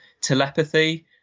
Telepathy